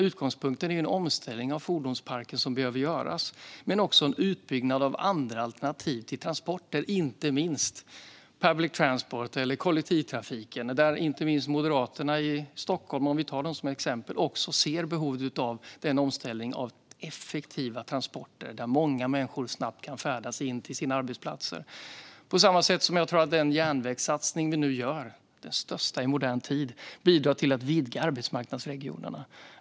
Utgångspunkten är den omställning av fordonsparken som behöver göras samt en utbyggnad av andra transportalternativ, inte minst public transport, eller kollektivtrafiken. Inte minst Moderaterna i Stockholm, om vi tar dem som exempel, ser behovet av en omställning till effektiva transporter med vilka många människor snabbt kan färdas till sina arbetsplatser. På samma sätt tror jag att den järnvägssatsning vi nu gör - den största i modern tid - bidrar till att vidga arbetsmarknadsregionerna.